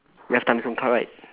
you have timezone card right